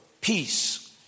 peace